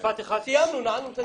הישיבה נעולה.